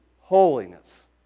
holiness